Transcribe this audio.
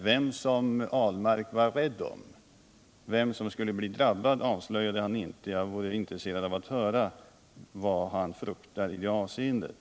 Vem Lars Ahlmark var rädd om, dvs. vem som skulle drabbas, avslöjade han inte. Jag vore intresserad av att få höra vad han fruktar i det avseendet.